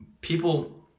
people